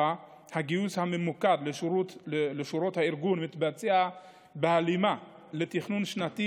הגיוס הממוקד לשירות הארגון מתבצע בהלימה עם תכנון שנתי